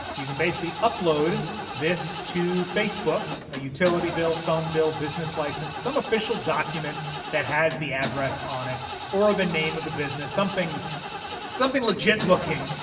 you can basically upload this to facebook a utility bill, phone bill, business license, some official document that has the address on it or the name of the business, something something legit looking,